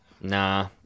nah